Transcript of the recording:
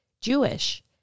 Jewish